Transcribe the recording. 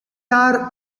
are